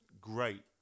great